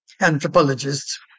anthropologists